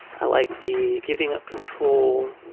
i like the giving up control.